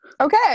Okay